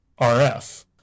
RF